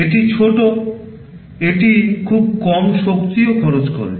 এটি ছোট এটি খুব কম শক্তিও খরচ করে